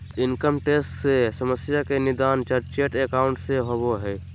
income tax से समस्या के निदान चार्टेड एकाउंट से होबो हइ